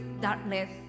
darkness